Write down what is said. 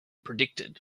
predicted